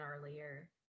earlier